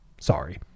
Sorry